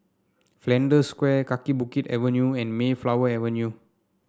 Flanders Square Kaki Bukit Avenue and Mayflower Avenue